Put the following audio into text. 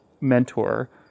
mentor